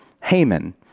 Haman